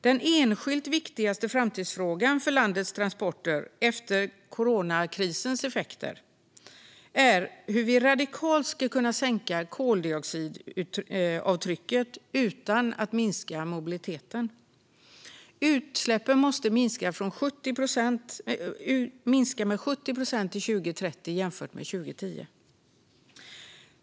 Den enskilt viktigaste framtidsfrågan för landets transporter efter coronakrisens effekter är hur vi radikalt ska kunna minska koldioxidavtrycket utan att minska mobiliteten. Utsläppen måste sänkas med 70 procent till 2030 jämfört med 2010.